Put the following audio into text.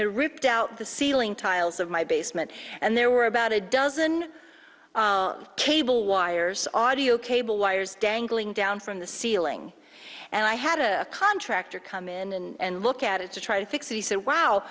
he ripped out the ceiling tiles of my basement and there were about a dozen cable wires audio cable wires dangling down from the ceiling and i had a contractor come in and look at it to try to fix it he said wow